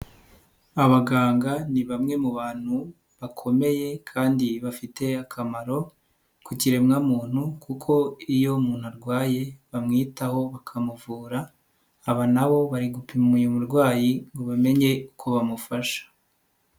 Abaganga ni bamwe mu bantu bakomeye kandi bafite akamaro ku kiremwamuntu kuko iyo umuntu arwaye bamwitaho bakamuvura, aba nabo bari gupima uyu murwayi ngo bamenye uko bamufasha.